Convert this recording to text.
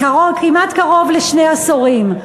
1986, כמעט קרוב לשני עשורים.